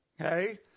Okay